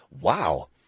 Wow